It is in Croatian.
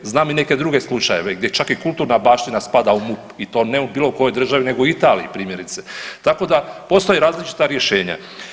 Znam i neke druge slučajeve gdje čak i kulturna baština spada u MUP i to ne u bilo kojoj državi nego u Italiji primjerice, tako da postoje različita rješenja.